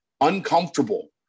uncomfortable